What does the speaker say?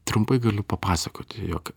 trumpai galiu papasakoti jog